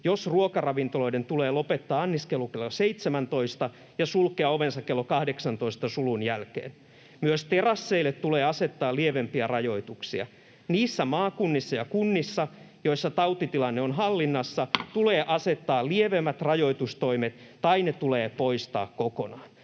jos ruokaravintoloiden tulee lopettaa anniskelu kello 17 ja sulkea ovensa kello 18 sulun jälkeen. Myös terasseille tulee asettaa lievempiä rajoituksia. Niissä maakunnissa ja kunnissa, joissa tautitilanne on hallinnassa, tulee asettaa lievemmät rajoitustoimet tai ne tulee poistaa kokonaan.”